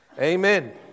Amen